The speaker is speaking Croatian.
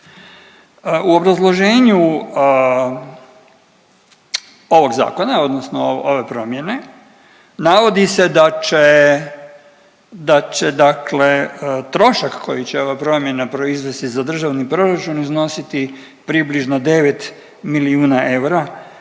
U obrazloženju ovog zakona, odnosno ove promjene navodi se da će, da će dakle trošak koji će ova promjena proizvesti za državni proračun iznositi približno 9 milijuna eura.